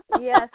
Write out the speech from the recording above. Yes